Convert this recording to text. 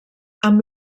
amb